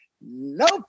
nope